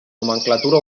nomenclatura